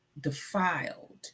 defiled